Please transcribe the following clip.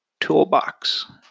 toolbox